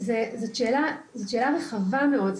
זאת שאלה רחבה מאוד,